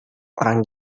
orang